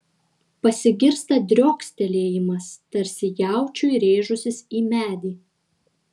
pasigirsta driokstelėjimas tarsi jaučiui rėžusis į medį